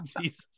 Jesus